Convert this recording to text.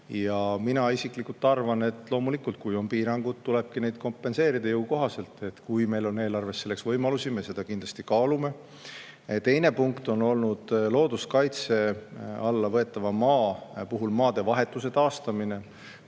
Ja mina isiklikult arvan, et loomulikult, kui on piirangud, tulebki neid kompenseerida jõukohaselt. Kui meil on eelarves selleks võimalusi, siis me seda kindlasti kaalume. Teine punkt on olnud looduskaitse alla võetava maa puhul maadevahetuse taastamine.